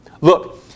Look